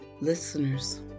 Listeners